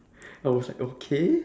I was like okay